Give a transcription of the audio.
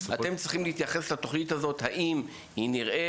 אתם צריכים להתייחס לתוכנית הזאת, האם היא נראית?